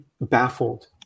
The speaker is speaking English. baffled